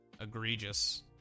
egregious